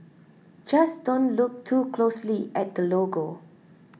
just don't look too closely at the logo